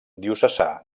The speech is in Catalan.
diocesà